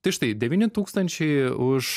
tai štai devyni tūkstančiai už